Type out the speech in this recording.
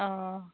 অ